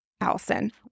allison